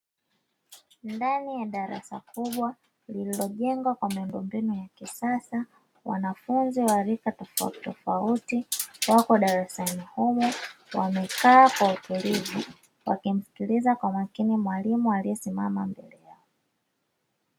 Ndani ya darasa kubwa lililojengwa kwa miundombinu ya kisasa, wanafunzi wa rika tofautitofauti wako darasni humo; wamekaa kwa utulivu wakimsikiliza kwa makini mwalimu aliyesimama mbele yao.